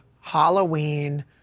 Halloween